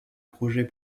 projet